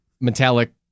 metallic